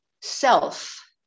self